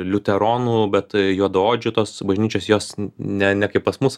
liuteronų bet juodaodžių tos bažnyčios jos ne ne kaip pas mus